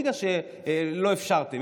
ולא בגלל שלא אפשרתם,